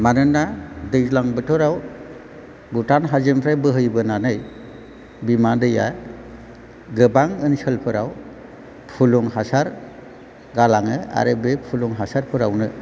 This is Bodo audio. मानोना दैज्लां बोथोराव भुटान हाजोनिफ्राय बोहैबोनानै बिमा दैया गोबां ओनसोलफोराव फुलुं हासार गालाङो आरो बे फुलुं हासारफोरावनो